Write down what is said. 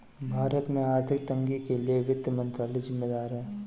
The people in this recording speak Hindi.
भारत में आर्थिक तंगी के लिए वित्त मंत्रालय ज़िम्मेदार है